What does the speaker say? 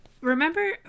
Remember